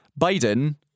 Biden